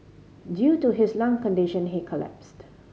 due to his lung condition he collapsed